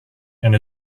and